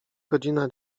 godzina